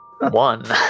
One